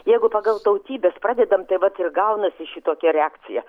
jeigu pagal tautybes pradedam tai vat ir gaunasi šitokia reakcija